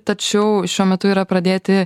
tačiau šiuo metu yra pradėti